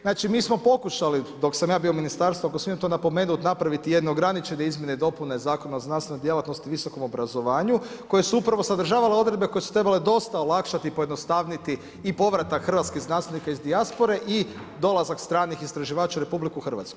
Znači mi smo pokušali dok sam ja bio u ministarstvu ako smijem to napomenuti, napraviti jedne ograničene izmjene i dopune Zakona o znanstvenoj djelatnosti i visokom obrazovanju koje su upravo sadržavale odredbe koje su trebale dosta olakšati i pojednostavniti i povratak hrvatskih znanstvenika iz dijaspore i dolazak stranih istraživača u RH.